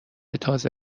تازه